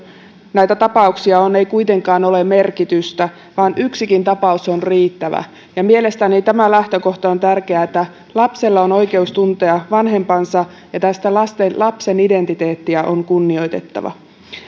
näitä tapauksia on ei kuitenkaan ole merkitystä vaan yksikin tapaus on riittävä mielestäni tämä lähtökohta on tärkeä että lapsella on oikeus tuntea vanhempansa ja lapsen identiteettiä on kunnioitettava